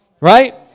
Right